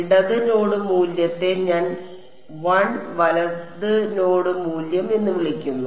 ഇടത് നോഡ് മൂല്യത്തെ ഞാൻ 1 വലത് നോഡ് മൂല്യം എന്ന് വിളിച്ചു